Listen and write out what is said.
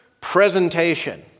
presentation